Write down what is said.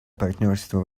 партнерство